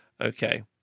Okay